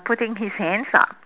putting his hands up